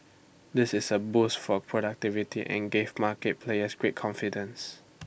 this is A boost for productivity and give market players greater confidence